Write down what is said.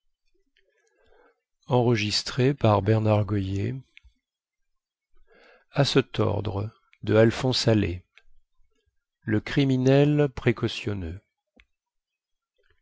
palmier le criminel précautionneux